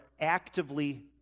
actively